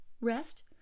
Rest